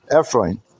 Ephraim